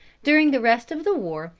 during the rest of the war,